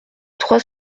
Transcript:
trois